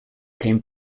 came